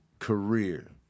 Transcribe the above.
career